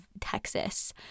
Texas